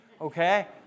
Okay